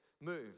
move